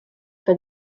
for